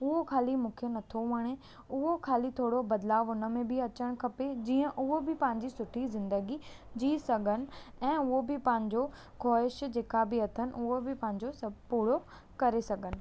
उहो ख़ाली मूंखे नथो वणे उहो ख़ाली थोरो बदिलाउ उन में बि अचण खपे जीअं उहो बि पंहिंजी सुठी ज़िंदगी जी सघनि ऐं उहो ॿि पंहिंजो ख़्वाइश जेका ॿि अथनि उहा पंहिंजो सभु पूरो करे सघनि